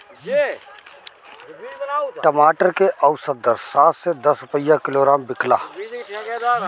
टमाटर के औसत दर सात से दस रुपया किलोग्राम बिकला?